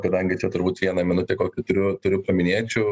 kadangi čia turbūt vieną minutę kokį turiu turiu paminėčiau